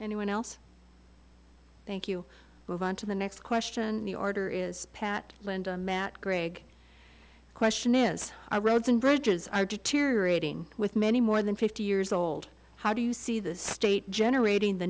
anyone else thank you move on to the next question the order is pat linda matt greg question is i read some bridges i had to tear rating with many more than fifty years old how do you see the state generating the